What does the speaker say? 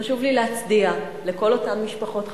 חשוב לי להצדיע לכל אותן משפחות חלוצות.